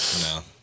No